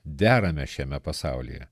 derame šiame pasaulyje